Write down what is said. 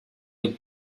hay